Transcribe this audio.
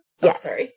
Yes